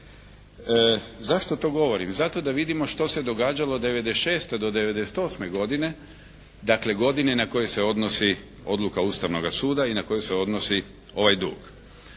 Zašto to govorim? Zato da vidimo što se događalo 96. do 98. godine, dakle godine na koje se odnosi odluka Ustavnoga suda i na koje se odnosi ovaj dug.